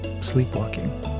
sleepwalking